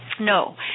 No